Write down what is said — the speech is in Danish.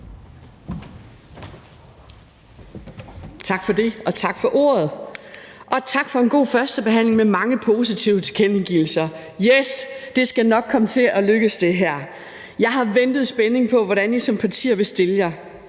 Tak for det, og tak for ordet, og tak for en god førstebehandling med mange positive tilkendegivelser. Yes, det her skal nok komme til at lykkes. Jeg har ventet i spænding på, hvordan I som partier ville stille jer.